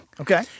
Okay